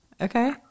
Okay